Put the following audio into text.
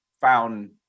found